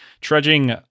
trudging